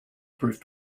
proof